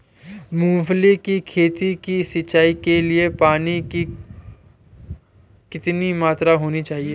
मूंगफली की खेती की सिंचाई के लिए पानी की कितनी मात्रा होनी चाहिए?